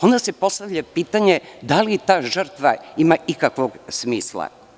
Onda se postavlja pitanje – da li ta žrtva ima ikakvog smisla?